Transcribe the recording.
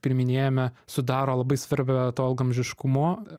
priiminėjame sudaro labai svarbią to ilgaamžiškumo